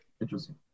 Interesting